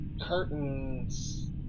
curtains